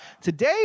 Today